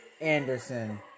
Anderson